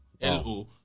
L-O